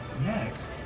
Next